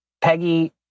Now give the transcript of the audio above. Peggy